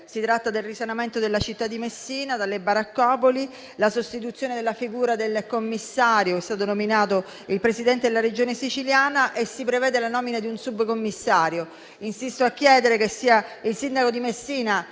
Si tratta del risanamento della città di Messina dalle baraccopoli e della sostituzione della figura del commissario, essendo stato nominato il Presidente della Regione Siciliana; si prevede inoltre la nomina di un subcommissario. Insisto a chiedere che sia il sindaco di Messina